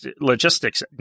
logistics